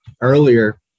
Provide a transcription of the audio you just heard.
Earlier